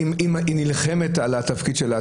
היא נלחמת על התפקיד שלה.